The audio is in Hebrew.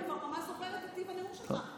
אני ממש זוכרת את טיב הנאום שלך.